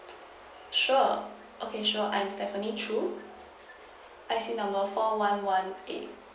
sure okay sure I'm stephanie chew I_C number four one one A